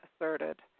asserted